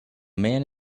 man